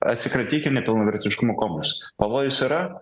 atsikratykim nepilnavertiškumo komos pavojus yra